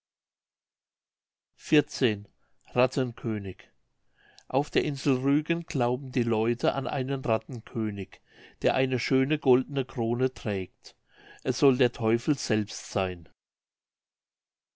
rattenkönig auf der insel rügen glauben die leute an einen rattenkönig der eine schöne goldene krone trägt es soll der teufel selbst seyn